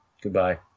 Goodbye